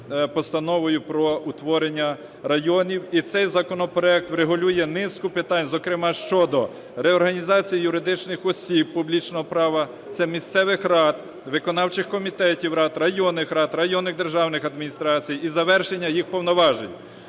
Постановою про утворення районів. І цей законопроект врегулює низку питань, зокрема, щодо реорганізації юридичних осіб публічного права – це місцевих рад, виконавчих комітетів рад, районних рад, районних державних адміністрацій і завершення їх повноважень.